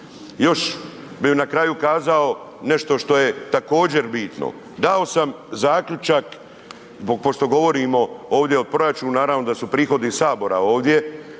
Još bih na kraju kazao nešto što je također bitno, dao sam zaključak zbog pošto govorimo ovdje o proračunu, naravno da su prihodi Sabora ovdje